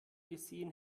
gesehen